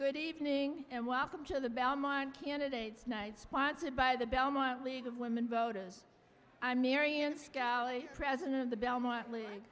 good evening and welcome to the belmont candidate's night sponsored by the belmont league of women voters i'm marianne galli president of the belmont l